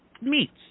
meats